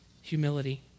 humility